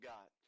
God